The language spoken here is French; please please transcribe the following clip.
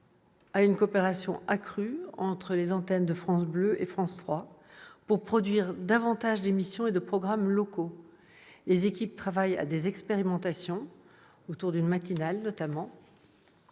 à une coopération accrue entre les antennes de France Bleu et France 3, afin de produire davantage d'émissions et de programmes locaux. Les équipes travaillent à des expérimentations, notamment autour d'une matinale.